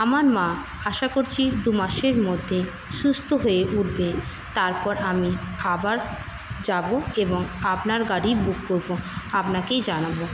আমার মা আশা করছি দু মাসের মধ্যে সুস্থ হয়ে উঠবেন তারপর আমি আবার যাবো এবং আপনার গাড়িই বুক করবো আপনাকেই জানাবো